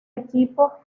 equipo